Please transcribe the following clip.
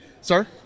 Sir